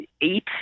eight